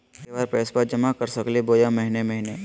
एके बार पैस्बा जमा कर सकली बोया महीने महीने?